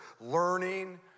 learning